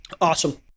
Awesome